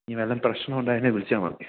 ഇനി വല്ല പ്രശ്നം ഉണ്ടായാൽ എന്നെ വിളിച്ചാൽ മതി